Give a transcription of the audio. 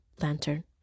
lantern